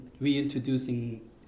reintroducing